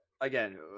again